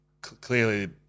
Clearly